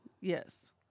Yes